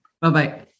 bye-bye